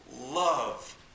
love